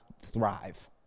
thrive